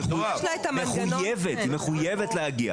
היא מחויבת.